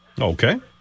Okay